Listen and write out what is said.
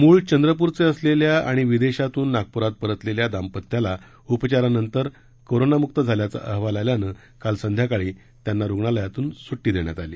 मूळ चंद्रपूरचं असलेल्या आणि विदेशातून नागपूरात परतलेल्या दांपत्याला उपचारानंतर करोनामुक्त झाल्याचा अहवाल आल्यानं काल संध्याकाळी त्यांना रुग्णालयातून सुट्टी देण्यात आली